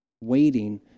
waiting